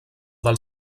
del